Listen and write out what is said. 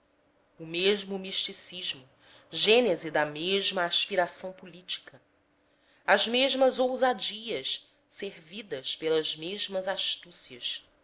o mesmo misticismo gênese da mesma aspiração política as mesmas ousadias servidas pelas mesmas astúcias